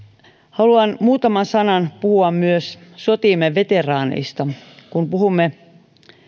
haluan muutaman sanan puhua myös sotiemme veteraaneista kun puhumme